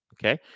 Okay